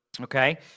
okay